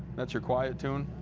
that's your quiet tune.